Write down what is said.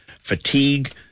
fatigue